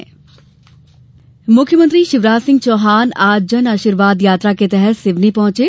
CM मुख्यमंत्री शिवराज सिंह चौहान आज जन आर्शीवाद यात्रा के तहत आज सिवनी पहुंचे